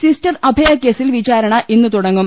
sister അഭയകേസിൽ വിചാരണ ഇന്ന് തുടങ്ങും